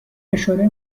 اشاره